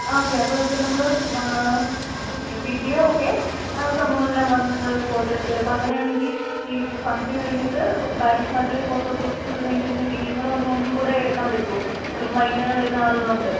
okay അപ്പോൾ ഇപ്പോൾ നമ്മൾ വീട്ടിൽ ഓക്കെ സംഭവങ്ങളെല്ലാം വന്ന് നിങ്ങൾ ഫോട്ടോ എടുത്തു അപ്പോൾ അങ്ങനെയാണെങ്കിൽ ഈ ഫംഗ്ഷൻ കഴിഞ്ഞിട്ട് പാരിഷ് ഹാളിലെ ഫോട്ടോഷൂട്ടും കഴിഞ്ഞ് പിന്നെ വീട്ടിലും കൂടെ വന്ന് ഒന്നും കൂടെ എടുക്കാൻ പറ്റുമോ ചിലപ്പോൾ വൈകുന്നേരം വരുന്ന ആളുകളുണ്ട്